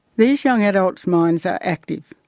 these young adults' minds are active,